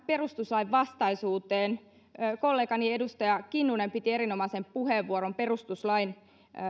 perustuslainvastaisuuteen kollegani edustaja kinnunen piti erinomaisen puheenvuoron perustuslain